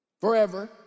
forever